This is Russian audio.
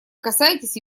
касаетесь